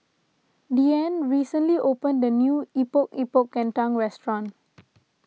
Deane recently opened a new Epok Epok Kentang restaurant